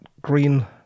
green